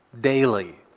daily